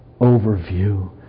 overview